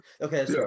okay